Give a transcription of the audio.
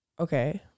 Okay